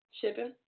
Shipping